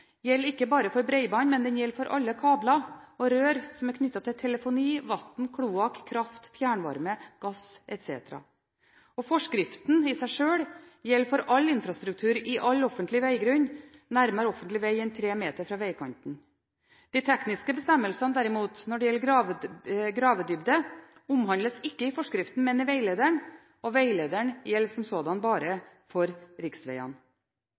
gjelder ikke bare for bredbånd, men gjelder for alle kabler og rør som er knyttet til telefoni, vann, kloakk, kraft fjernvarme, gass etc. Forskriften i seg sjøl gjelder for all infrastruktur i all offentlig veggrunn, nærmere offentlig veg enn tre meter fra vegkanten. De tekniske bestemmelsene derimot når det gjelder gravedybde, omhandles ikke i forskriften, men i veilederen, og veilederen gjelder som sådan bare for